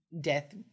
Death